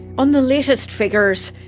on the latest figures,